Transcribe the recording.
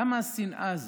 למה השנאה הזאת?